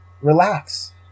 Relax